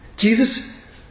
Jesus